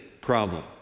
problem